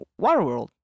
Waterworld